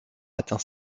atteint